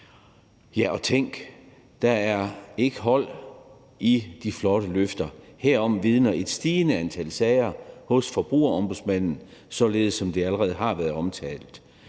Ja, og tænk, der er ikke hold i de flotte løfter. Herom vidner et stigende antal sager hos Forbrugerombudsmanden, således som det allerede har været omtalt.